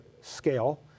scale